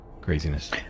Craziness